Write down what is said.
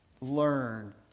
learn